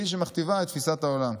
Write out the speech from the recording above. והיא שמכתיבה את תפיסת העולם.